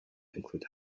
include